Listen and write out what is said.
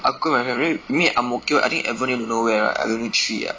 UNK my memory we meet we meet at ang mo kio I think avenue don't know where right avenue three ah